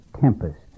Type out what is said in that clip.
tempest